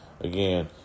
again